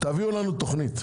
תביאו לנו תוכנית.